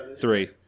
Three